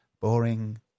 boring